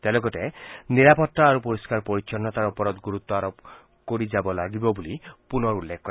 তেওঁ লগতে নিৰাপত্তা আৰু পৰিয়াৰ পৰিচ্ছন্নতাৰ ওপৰত গুৰুত্ব আৰোপ কৰি যাব লাগিব বুলি পুনৰ উল্লেখ কৰে